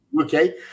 Okay